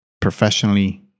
professionally